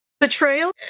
betrayal